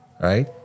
right